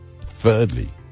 Thirdly